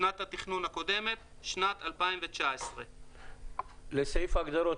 "שנת התכנון הקודמת" שנת 2019. יש הערות לסעיף ההגדרות?